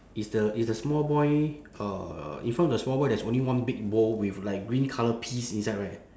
is the is the small boy uh in front of the small boy there is only one big bowl with like green colour peas inside right